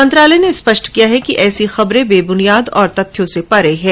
मंत्रालय ने स्पष्ट किया कि ऐसी खबरें बेबुनियाद हैं और तथ्यों से परे हैं